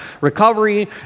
recovery